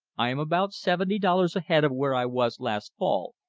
i am about seventy dollars ahead of where i was last fall,